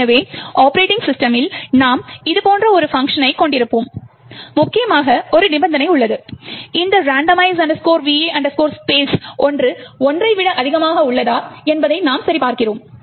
எனவே ஒப்பரேட்டிங் சிஸ்டமில் நாம் இது போன்ற ஒரு பங்க்ஷனைக் கொண்டிருப்போம் முக்கியமாக ஒரு நிபந்தனை உள்ளது இந்த randomize va space ஒன்று ஒன்றை விட அதிகமாக உள்ளதா என்பதை நாம் சரிபார்க்கிறோம்